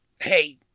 hey